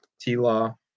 T-Law